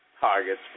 targets